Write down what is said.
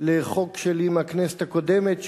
לחוק שלי מהכנסת הקודמת,